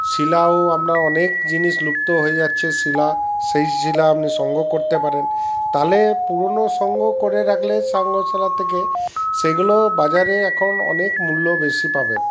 শিলাও আমরা অনেক জিনিস লুপ্ত হয়ে যাচ্ছে শিলা সেই শিলা আপনি সংগ্রহ করতে পারেন তাহলে পুরনো সংগ্রহ করে রাখলে সংগ্রহশালা থেকে সেগুলো বাজারে এখন অনেক মূল্য বেশি পাবেন